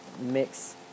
mix